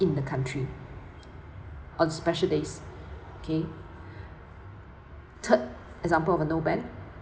in the country on special days okay third example of a no ban